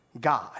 God